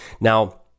Now